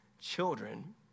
children